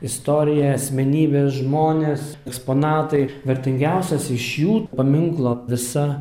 istorija asmenybės žmonės eksponatai vertingiausias iš jų paminklo visa